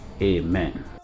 amen